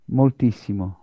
moltissimo